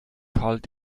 kalt